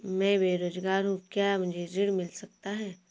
मैं बेरोजगार हूँ क्या मुझे ऋण मिल सकता है?